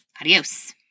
Adios